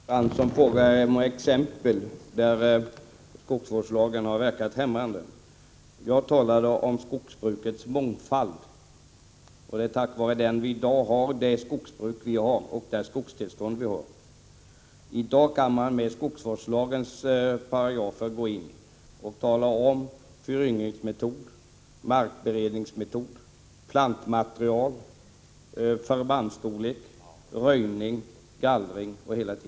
Fru talman! Jan Fransson ville ha exempel på när skogsvårdslagen har verkat hämmande. Jag talade om skogsbrukets mångfald. Det är tack vare denna mångfald som vi har det skogsbruk och det skogtillstånd vi har. I dag kan man med hjälp av skogsvårdslagens paragrafer tala om föryngringsmetod, markberedningsmetod, plantmaterial, förbandsstorlek, röjning, gallring m.m.